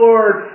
Lord